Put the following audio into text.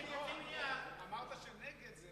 אמרת שנגד זה